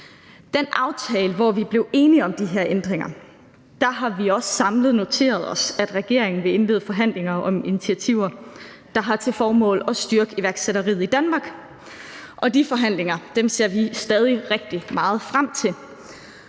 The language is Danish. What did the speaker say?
den aftale, hvor vi blev enige om de her ændringer, har vi også samlet noteret os, at regeringen vil indlede forhandlinger om initiativer, der har til formål at styrke iværksætteriet i Danmark, og de forhandlinger ser vi stadig rigtig meget frem til,